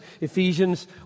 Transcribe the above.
Ephesians